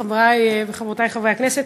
חברי וחברותי חברי הכנסת,